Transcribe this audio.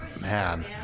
Man